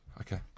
Okay